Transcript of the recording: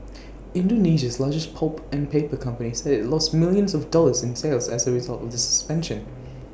Indonesia's largest pulp and paper company said IT lost millions of dollars in sales as A result of the suspension